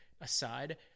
aside –